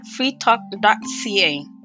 freetalk.ca